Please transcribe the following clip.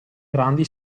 grandi